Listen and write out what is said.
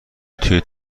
توی